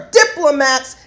diplomats